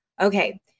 Okay